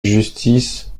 justice